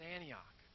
Antioch